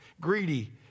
greedy